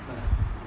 but